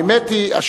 האמת היא,